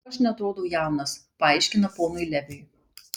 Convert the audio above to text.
aš neatrodau jaunas paaiškina ponui leviui